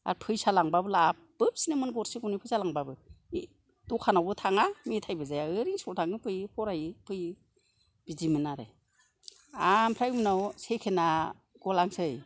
आर फैसा लांबाबो लाबोफिनोमोन गरसे गरनै फैसा लांबाबो बे दखानावबो थाङा मेथायबो जाया ओरैनो स्कुलाव थाङो फैयो फरायो फैयो बिदिमोन आरो आमफ्राय उनाव सेकेण्डआ गलांसै